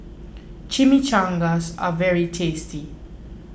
Chimichangas are very tasty